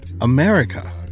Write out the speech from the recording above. America